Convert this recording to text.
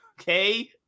okay